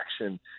action